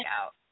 out